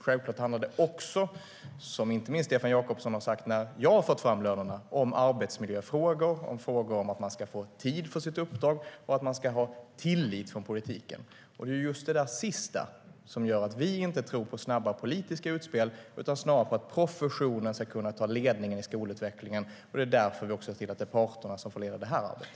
Självklart handlar det också - som inte minst Stefan Jakobsson har sagt när jag har lyft fram lönerna - om arbetsmiljöfrågor, om att man ska få tid för sitt uppdrag och om att politiken ska ha tillit. Det är just det där sista som gör att vi inte tror på snabba politiska utspel utan snarare på att professionen ska kunna ta ledningen i skolutvecklingen. Det är därför vi ser till att det är parterna som får leda det här arbetet.